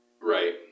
Right